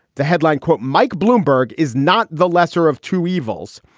the headline quote, mike bloomberg is not the lesser of two evils,